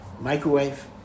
Microwave